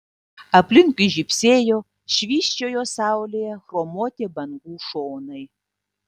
aplinkui žybsėjo švysčiojo saulėje chromuoti bangų šonai